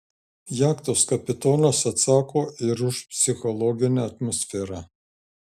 jachtos kapitonas atsako ir už psichologinę atmosferą